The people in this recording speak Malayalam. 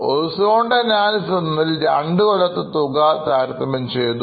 Horizontal analysis എന്നതിൽ 2 കൊല്ലത്തെ തുക തമ്മിൽ താരതമ്യം ചെയ്തു